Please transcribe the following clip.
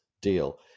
deal